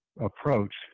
approach